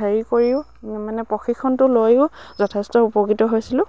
হেৰি কৰিও মানে প্ৰশিক্ষণটো লৈও যথেষ্ট উপকৃত হৈছিলোঁ